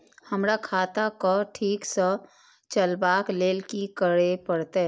हमरा खाता क ठीक स चलबाक लेल की करे परतै